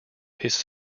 his